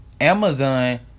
Amazon